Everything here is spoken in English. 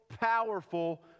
powerful